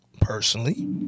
personally